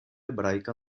ebraica